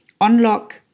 unlock